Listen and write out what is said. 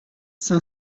cinq